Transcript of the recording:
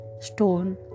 stone